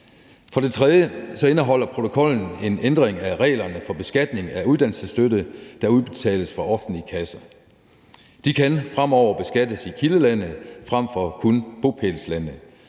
For det tredje indeholder protokollen en ændring af reglerne for beskatning af uddannelsesstøtte, der udbetales fra offentlig kasse. Den kan fremover beskattes i kildelandet frem for kun bopælslandet.